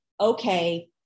okay